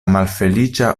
malfeliĉa